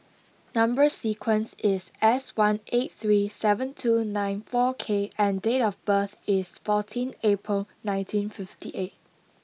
number sequence is S one eight three seven two nine four K and date of birth is fourteen April nineteen fifty eight